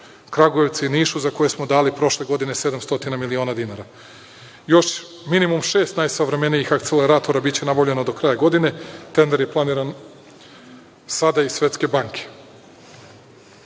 Kragujevcu i Nišu, za koje smo dali prošle godine 700 miliona dinara. Još minimum šest najsavremenijih akceleratora biće nabavljeno do kraja godine, tender je planiran sada iz Svetske